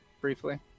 briefly